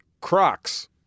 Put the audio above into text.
Crocs